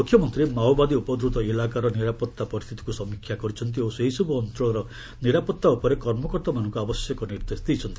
ମୁଖ୍ୟମନ୍ତ୍ରୀ ମାଓବାଦୀ ଉପଦ୍ରତ ଇଲାକାର ନିରାପତ୍ତା ପରିସ୍ଥିତିକୁ ସମୀକ୍ଷା କରିଛନ୍ତି ଓ ସେହିସବୁ ଅଞ୍ଚଳର ନିରାପଭା ଉପରେ କର୍ମକର୍ତ୍ତାମାନଙ୍କୁ ଆବଶ୍ୟକ ନିର୍ଦ୍ଦେଶ ଦେଇଛନ୍ତି